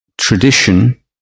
tradition